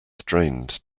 strained